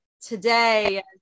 today